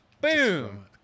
boom